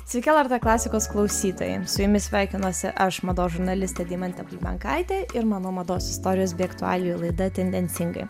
sveiki lrt klasikos klausytojai su jumis sveikinuosi aš mados žurnalistė deimantė bulbenkaitė ir mano mados istorijos bei aktualijų laida tendencingai